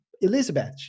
Elizabeth